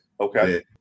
Okay